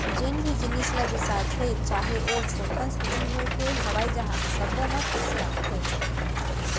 जेन भी जिनिस ल बिसाथे चाहे ओ छोटकन सूजी होए के हवई जहाज सब्बो म टेक्स लागथे